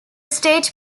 stage